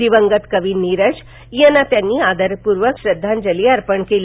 दिवंगत कवी नीरज यांना आदरपूर्वक श्रद्धांजली अर्पण केली